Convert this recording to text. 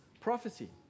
prophecy